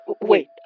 wait